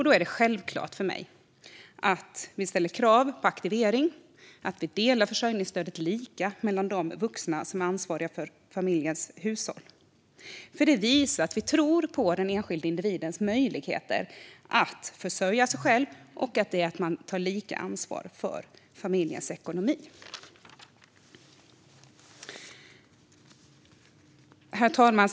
Då är det självklart för mig att vi ställer krav på aktivering och att försörjningsstödet delas lika mellan de vuxna som är ansvariga för familjens hushåll. Det visar att vi tror på den enskilde individens möjligheter att försörja sig själv och ta lika ansvar för familjens ekonomi. Herr talman!